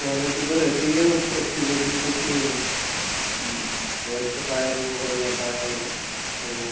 quality तो रहती है उसकी अच्छी लेकिन कुछ एक्सपायर हो जाता है तो